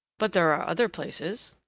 but there are other places.